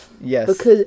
Yes